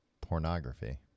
pornography